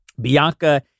Bianca